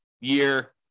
year